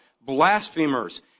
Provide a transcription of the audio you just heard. blasphemers